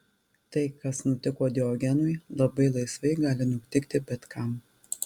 tai kas nutiko diogenui labai laisvai gali nutikti bet kam